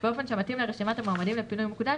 באופן שמתאים לרשימת המועמדים לפינוי מוקדם